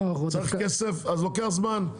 אם צריך כסף, אז לוקח זמן.